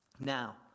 Now